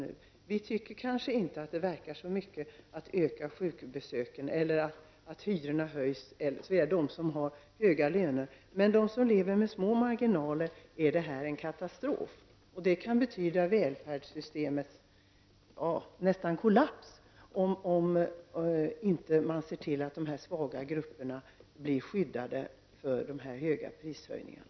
De som har höga löner tycker kanske inte att det har så stor betydelse att kostnaden för sjukvård höjs eller att hyrorna blir högre, men för dem som har små marginaler är dessa höjningar en kastrof. Välfärdssystemet kan kollapsa om inte de svaga grupperna blir skyddade mot prishöjningarna.